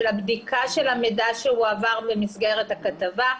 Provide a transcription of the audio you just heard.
בדיקת המידע שהועבר במסגרת הכתבה,